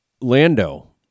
Lando